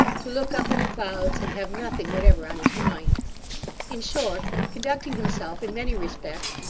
to look up in the clouds and have nothing whatever on his mind in short, conducting himself, in many respects,